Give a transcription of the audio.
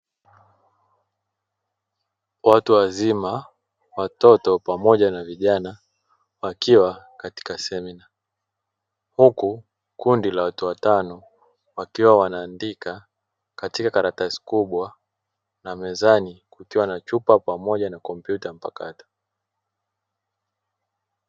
Watu wazima, watoto, pamoja na vijana wakiwa katika semina, huku kundi la watu watano wakiwa wanaandika katika karatasi kubwa na mezani kukiwa na chupa pamoja na kompyuta mpakato.